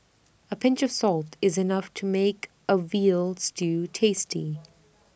A pinch of salt is enough to make A Veal Stew tasty